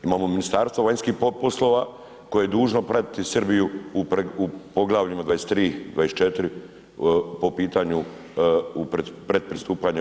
Imamo Ministarstvo vanjskih poslova koje je dužno pratiti Srbiju u Poglavljima 23., 24. po pitanju pretpristupanja EU.